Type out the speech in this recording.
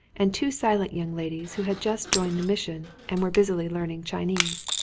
and two silent young ladies who had just joined the mission and were busily learning chinese.